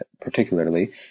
particularly